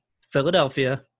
Philadelphia